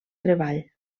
treball